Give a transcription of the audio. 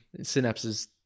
synapses